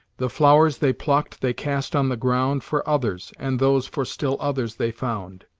the flowers they plucked they cast on the ground for others, and those for still others they found.